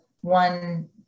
one